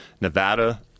Nevada